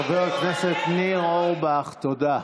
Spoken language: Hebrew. חבר הכנסת ניר אורבך, תודה.